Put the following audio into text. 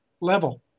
level